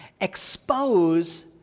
Expose